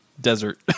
desert